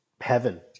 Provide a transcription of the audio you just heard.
heaven